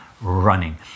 running